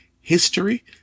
history